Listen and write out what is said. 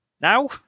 Now